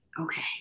okay